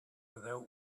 without